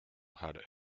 had